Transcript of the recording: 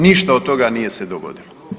Ništa od toga nije se dogodilo.